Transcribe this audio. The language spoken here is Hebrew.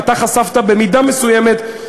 ואתה חשפת במידה מסוימת,